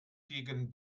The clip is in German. gegen